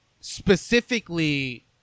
specifically